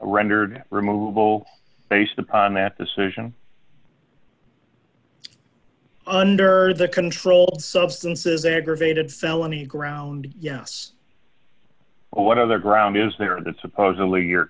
rendered removal based upon that decision under the control substances that aggravated felony ground yes what other ground is there that supposedly your